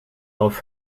off